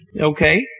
Okay